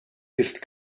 ist